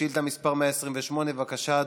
שאילתה מס' 128. בבקשה,